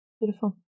beautiful